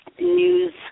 news